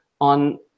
on